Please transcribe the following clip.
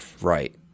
Right